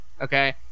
okay